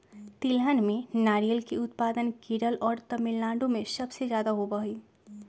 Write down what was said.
तिलहन में नारियल के उत्पादन केरल और तमिलनाडु में सबसे ज्यादा होबा हई